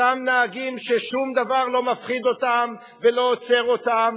אותם נהגים ששום דבר לא מפחיד אותם ולא עוצר אותם,